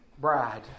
bride